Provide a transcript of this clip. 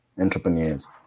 entrepreneurs